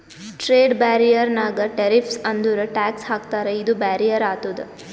trade barrier ನಾಗ್ tariffs ಅಂದುರ್ tax ಹಾಕ್ತಾರ ಇದು ಬ್ಯಾರಿಯರ್ ಆತುದ್